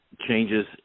changes